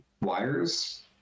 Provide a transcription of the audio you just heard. wires